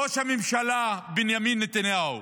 ראש הממשלה בנימין נתניהו,